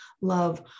love